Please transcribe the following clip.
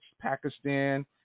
Pakistan